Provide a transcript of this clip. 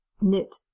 knit